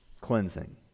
cleansing